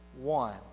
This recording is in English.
one